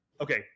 Okay